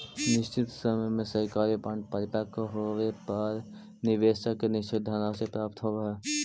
निश्चित समय में सरकारी बॉन्ड परिपक्व होवे पर निवेशक के निश्चित धनराशि प्राप्त होवऽ हइ